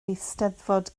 eisteddfod